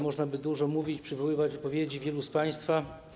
Można by dużo mówić, przywoływać wypowiedzi wielu z państwa.